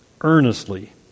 earnestly